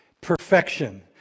Perfection